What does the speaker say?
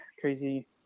crazy